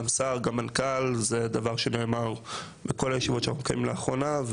גם השר וגם המנכ״ל וזה דבר שנאמר בכל הישיבות שאנחנו מקיימים לאחרונה.